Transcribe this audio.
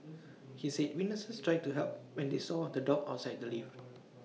he said witnesses tried to help when they saw the dog outside the lift